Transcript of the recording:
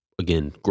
again